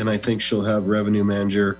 and i think she'll have revenue manager